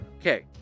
Okay